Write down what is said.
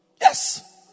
Yes